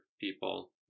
people